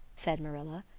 said marilla.